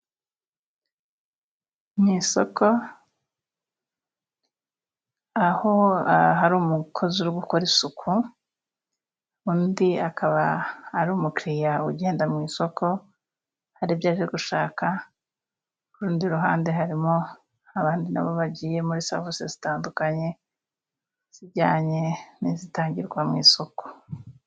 Mu isoko aho hari umukozi uri gukora isuku, undi akaba ari umukiriya ugenda mu isoko hari ibyo aje gushaka, ku rundi ruhande harimo abandi nabo bagiye muri serivisi zitandukanye, zijyanye n'izitangirwa mu isoko.